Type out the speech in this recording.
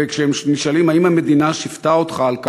וכשהם נשאלים: האם המדינה שיפתה אותך על כך,